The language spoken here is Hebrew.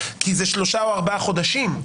כי זה שלושה או ארבעה חודשים.